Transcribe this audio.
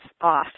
off